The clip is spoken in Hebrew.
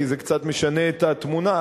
כי זה קצת משנה את התמונה,